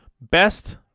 Best